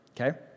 Okay